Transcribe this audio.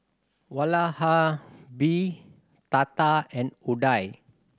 Vallabhbhai Tata and Udai